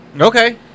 Okay